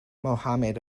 muhammad